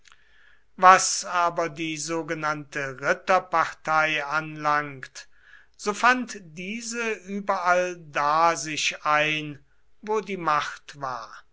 was aber die sogenannte ritterpartei anlangt so fand diese überall da sich ein wo die macht war